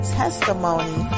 testimony